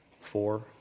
four